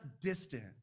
distant